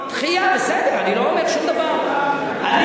עקרון דומינו.